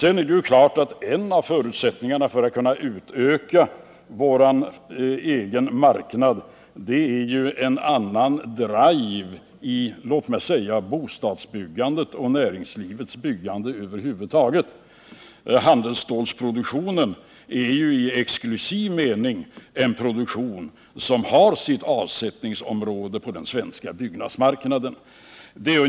En av förutsättningarna för att kunna utöka vår egen marknad är vidare en bättre fart i bostadsbyggandet och i byggandet över huvud taget, bl.a. inom näringslivet. Handelsstålproduktionen är exklusivt inriktad på det avsättningsområde som den svenska byggnadsmarknaden utgör.